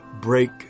break